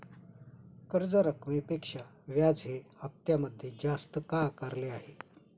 कर्ज रकमेपेक्षा व्याज हे हप्त्यामध्ये जास्त का आकारले आहे?